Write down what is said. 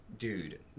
Dude